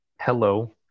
Hello